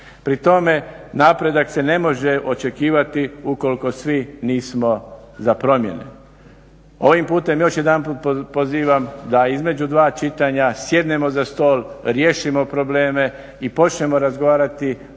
Pri tome, napredak se ne može očekivati ukoliko svi nismo za promjene. Ovim putem još jedanput pozivam da između dva čitanja sjednemo za stol, riješimo probleme i počnemo razgovarati